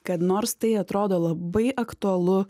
kad nors tai atrodo labai aktualu